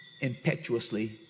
impetuously